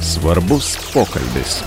svarbus pokalbis